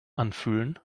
anfühlen